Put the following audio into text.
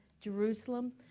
Jerusalem